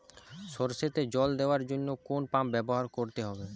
সরষেতে জল দেওয়ার জন্য কোন পাম্প ব্যবহার করতে হবে?